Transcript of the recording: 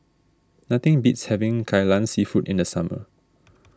nothing beats having Kai Lan Seafood in the summer